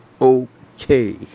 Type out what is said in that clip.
okay